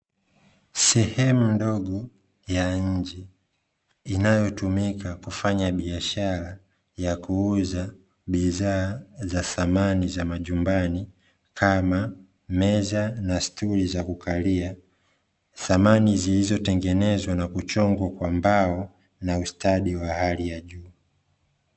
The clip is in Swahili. Sehemu ndogo ya nje, inayotumika kuafanya biashara ya kuuza bidhaa za samani za majumbani kama meza na stuli za kukalia, samani zilizotengenezwa na kuchongwa kwa mbao na ustadi wa hali ya juu.